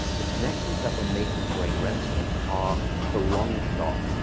the connections that we're making during rem sleep are the longshots.